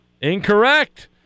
Incorrect